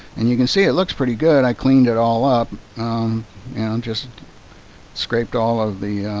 and you can see it looks pretty good. i cleaned it all up and just scraped all of the